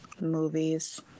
movies